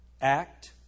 Act